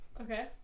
Okay